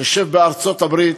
תשב בארצות-הברית